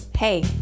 Hey